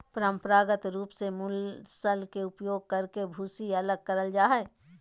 परंपरागत रूप से मूसल के उपयोग करके भूसी अलग करल जा हई,